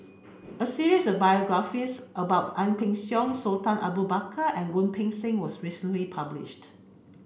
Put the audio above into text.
a series of biographies about Ang Peng Siong Sultan Abu Bakar and Wu Peng Seng was recently published